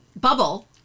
bubble